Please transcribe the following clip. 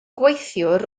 gweithiwr